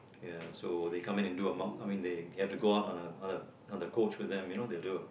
ya so they come in and do a mock I mean they have to go out on a on a on a coach with them you know they do a